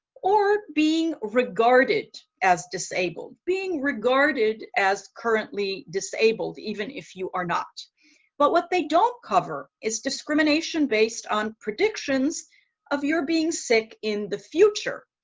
or being regarded as disabled being regarded as currently disabled, even if you are not but what they don't cover is discrimination based on predictions of your being sick in the future.